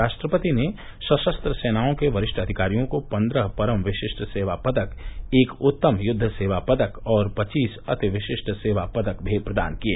राष्ट्रपति ने सशस्त्र सेनाओं के वरिष्ठ अधिकारियों को पन्द्रह परम विशिष्ट सेवा पदक एक उत्तम युद्व सेवा पदक और पचीस अति विशिष्ट सेवा पदक भी प्रदान किए